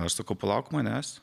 aš sakau palauk manęs